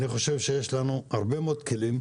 אני חושב שיש לנו הרבה מאוד כלים.